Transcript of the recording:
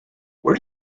where